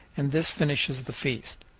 and this finishes the feast.